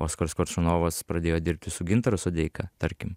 oskaras koršunovas pradėjo dirbti su gintaru sodeika tarkim